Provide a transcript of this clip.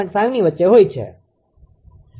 5 ની વચ્ચે હોય છે